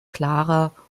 klarer